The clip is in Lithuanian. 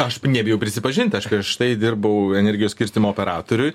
aš nebijau prisipažint aš prieš tai dirbau energijos skirstymo operatoriui